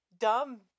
dumb